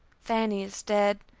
fannie is dead.